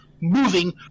moving